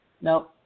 No